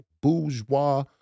bourgeois